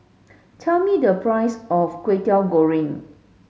tell me the price of Kway Teow Goreng